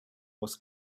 was